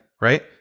Right